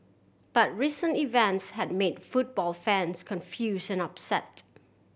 but recent events had made football fans confuse and upset